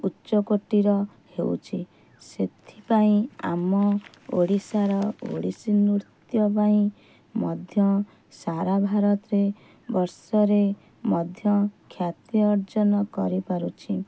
ଉଚ୍ଚକୋଟିର ହେଉଛି ସେଥିପାଇଁ ଆମ ଓଡ଼ିଶାର ଓଡ଼ିଶୀନୃତ୍ୟ ପାଇଁ ମଧ୍ୟ ସାରା ଭାରତରେ ବର୍ଷରେ ମଧ୍ୟ ଖ୍ୟାତି ଅର୍ଜନ କରିପାରୁଛି